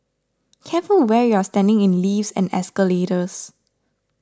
careful where you're standing in lifts and escalators